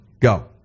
Go